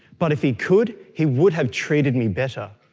but if he could he would have treated me better.